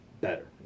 better